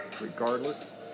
regardless